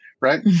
right